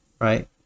right